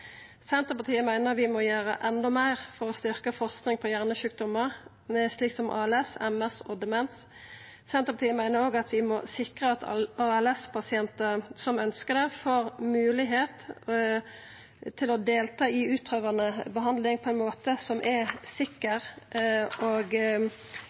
Senterpartiet meiner vi må gjera endå meir for å styrkja forskinga på hjernesjukdomar som ALS, MS og demens. Senterpartiet meiner òg at vi må sikra at ALS- pasientar som ønskjer det, får moglegheit til å delta i utprøvande behandling på ein måte som er